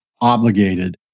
obligated